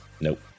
Nope